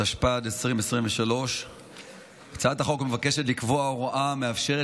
התשפ"ד 2023. הצעת החוק מבקשת לקבוע הוראה המאפשרת